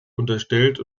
unterstellt